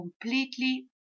completely